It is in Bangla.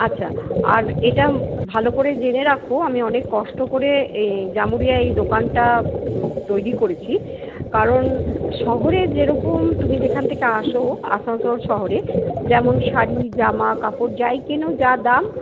আচ্ছা আর এটা ভালো করে জেনে রাখো আমি অনেক কষ্ট করে এ জামুরিয়ায় এই দোকানটা তৈরি করেছি কারণ শহরে যেরকম তুমি যেখান থেকে আসো আসানসোল শহরে যেমন শাড়ি জামাকাপড় যাই কেনো যা দাম